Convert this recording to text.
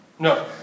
No